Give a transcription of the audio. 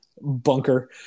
bunker